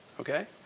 Okay